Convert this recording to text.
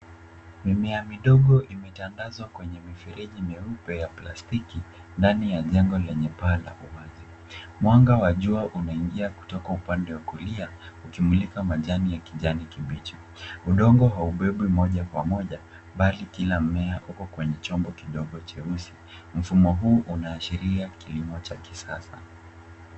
Mimea midogo imetandazwa kwenye mifereji meupe ya plastiki ndani ya jengo lenye paa la uwazi. Mwanga wa jua unaingia kutoka upande wa kulia ukimulika majani ya kijani kibichi. Udongo haubebwi moja kwa moja bali kila mmea uko kwenye chombo kidogo cheusi. Mfumo huu unaashiria kilimo cha kisasa.